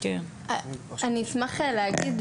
אני אשמח להגיד,